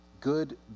good